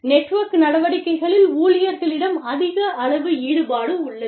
network நடவடிக்கைகளில் ஊழியர்களிடம் அதிக அளவு ஈடுபாடு உள்ளது